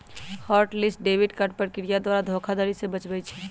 hot list debit card प्रक्रिया द्वारा धोखाधड़ी से बचबइ छै